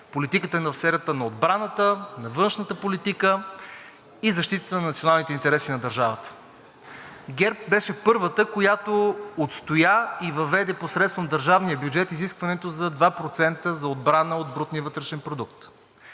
политиката ни в сферата на отбраната, на външната политика и защитата на националните интереси на държавата. ГЕРБ беше първата, която отстоя и въведе посредством държавния бюджет изискването за 2% от брутния вътрешен продукт